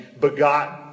begotten